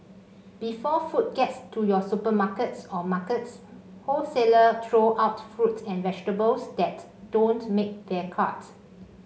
before food gets to your supermarkets or markets wholesaler throw out fruit and vegetables that don't make their cut